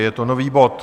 Je to nový bod.